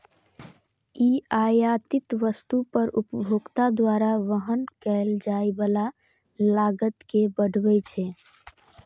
ई आयातित वस्तु पर उपभोक्ता द्वारा वहन कैल जाइ बला लागत कें बढ़बै छै